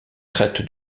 traite